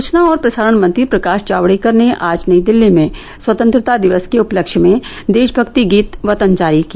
सूचना और प्रसारण मंत्री प्रकाश जावडेकर ने आज नई दिल्ली में स्वतंत्रता दिवस के उपलक्ष में देशमक्ति गीत वतन जारी किया